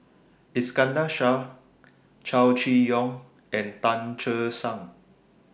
Iskandar Shah Chow Chee Yong and Tan Che Sang